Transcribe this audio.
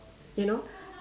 you know